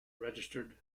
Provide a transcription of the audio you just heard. registered